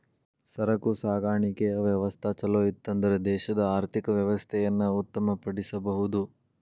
ಸರಕು ಸಾಗಾಣಿಕೆಯ ವ್ಯವಸ್ಥಾ ಛಲೋಇತ್ತನ್ದ್ರ ದೇಶದ ಆರ್ಥಿಕ ವ್ಯವಸ್ಥೆಯನ್ನ ಉತ್ತಮ ಪಡಿಸಬಹುದು